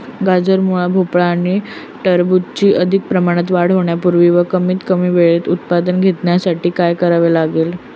गाजर, मुळा, भोपळा आणि टरबूजाची अधिक प्रमाणात वाढ होण्यासाठी व कमीत कमी वेळेत उत्पादन घेण्यासाठी काय करावे लागेल?